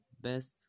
best